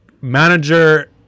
manager